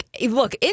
Look